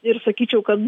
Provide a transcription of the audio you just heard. ir sakyčiau kad